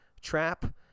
trap